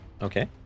Okay